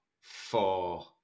four